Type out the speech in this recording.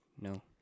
no